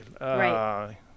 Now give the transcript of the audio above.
Right